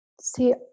see